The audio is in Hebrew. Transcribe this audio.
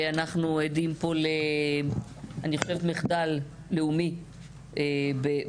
ואנחנו עדים פה אני חושבת למחדל לאומי בהקצאת